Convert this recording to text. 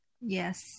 Yes